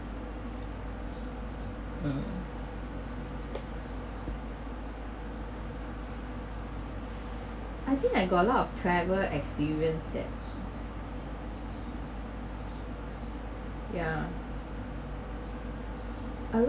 mm I think I got a lot of travel experience that yeah a lot